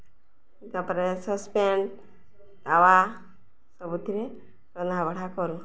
ତା'ପରେ sauce pan ତାୱା ସବୁଥିରେ ରନ୍ଧା ବଢ଼ା କରୁ